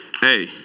Hey